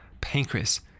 pancreas